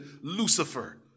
Lucifer